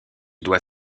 doit